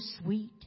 sweet